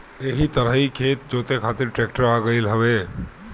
एही तरही खेत जोते खातिर ट्रेक्टर आ गईल हवे